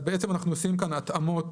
אז בעצם אנחנו עושים כאן התאמות